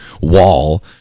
wall